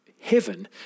heaven